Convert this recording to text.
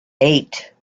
eight